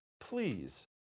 Please